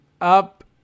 up